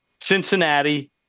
Cincinnati